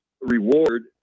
reward